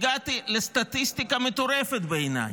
הגעתי לסטטיסטיקה מטורפת בעיניי.